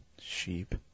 Sheep